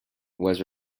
was